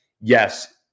yes